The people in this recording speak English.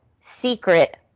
secret